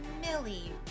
Millie